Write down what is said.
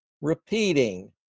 repeating